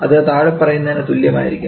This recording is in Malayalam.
അത് താഴെ പറയുന്നതിന് തുല്യമായിരിക്കും